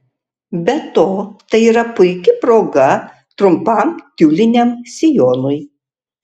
be to tai yra puiki proga trumpam tiuliniam sijonui